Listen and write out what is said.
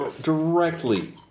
directly